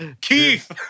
Keith